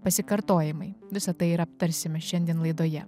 pasikartojimai visa tai ir aptarsime šiandien laidoje